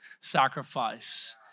sacrifice